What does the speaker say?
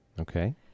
Okay